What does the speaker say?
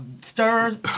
stir